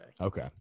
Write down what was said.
okay